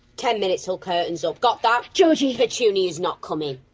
ten minutes till curtain's up. got that? georgie! petunia's not coming.